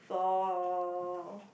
for